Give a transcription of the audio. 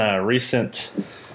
recent